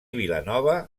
vilanova